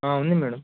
ఉంది మ్యాడమ్